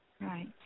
Right